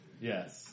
Yes